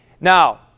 Now